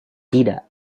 tidak